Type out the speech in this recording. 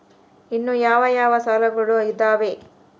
ಇನ್ನು ಯಾವ ಯಾವ ಸಾಲಗಳು ಇದಾವೆ?